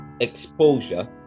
exposure